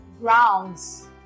grounds